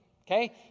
okay